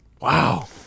Wow